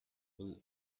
will